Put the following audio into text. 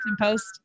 Post